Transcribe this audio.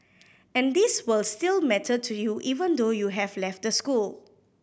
and these will still matter to you even though you have left the school